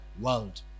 world